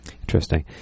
Interesting